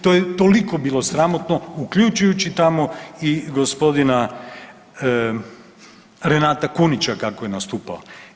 To je toliko bilo sramotno uključujući tamo i gospodina Renata Kunića kako je nastupao.